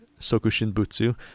Sokushinbutsu